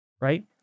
right